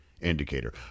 indicator